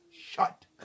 shut